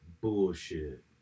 bullshit